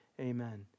Amen